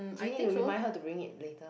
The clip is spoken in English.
do you need to remind her to bring it later